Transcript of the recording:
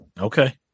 Okay